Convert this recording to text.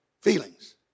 feelings